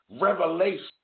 revelation